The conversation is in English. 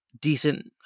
decent